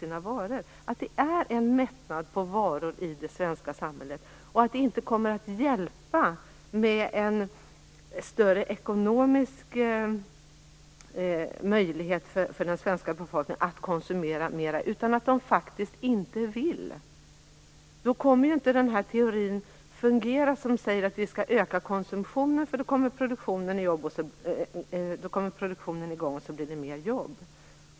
Om det är så att det är en mättnad på varor i det svenska samhället och att det inte kommer att hjälpa med en större ekonomisk möjlighet för den svenska befolkningen att konsumera mera, eftersom de faktiskt inte vill, kommer ju inte den teori att fungera som säger att vi skall öka konsumtionen för då kommer produktionen i gång och då blir det fler jobb.